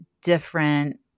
different